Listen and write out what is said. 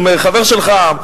גם חבר שלך,